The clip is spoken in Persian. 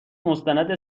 مستند